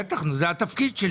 בטח, נו, זה התפקיד שלי.